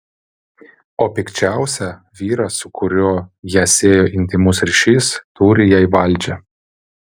o pikčiausia vyras su kuriuo ją siejo intymus ryšys turi jai valdžią